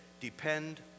depend